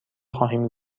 خواهیم